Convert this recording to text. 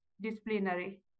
disciplinary